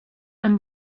and